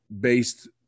based